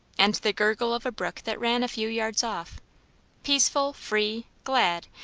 and the gurgle of a brook that ran a few yards off peaceful, free, glad,